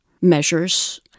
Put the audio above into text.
measures